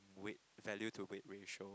weight value to weight ratio